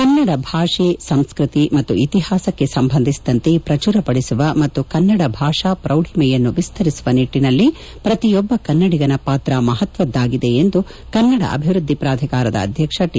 ಕನ್ನಡ ಭಾಷೆ ಸಂಸ್ಕೃತಿ ಮತ್ತು ಇತಿಹಾಸಕ್ಕೆ ಸಂಬಂಧಿಸಿದಂತೆ ಪ್ರಚುರ ಪಡಿಸುವ ಮತ್ತು ಕನ್ನಡ ಭಾಷಾ ಪ್ರೌಢಿಮೆಯನ್ನು ವಿಸ್ತರಿಸುವ ನಿಟ್ವಿನಲ್ಲಿ ಪ್ರತಿಯೊಬ್ಬ ಕನ್ನಡಿಗನ ಪಾತ್ರ ಮಹತ್ವದ್ದಾಗಿದೆ ಎಂದು ಕನ್ನಡ ಅಭಿವೃದ್ದಿ ಪ್ರಾಧಿಕಾರದ ಅಧ್ಯಕ್ಷ ಟಿ